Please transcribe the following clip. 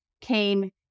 came